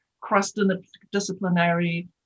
cross-disciplinary